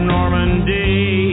Normandy